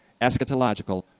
eschatological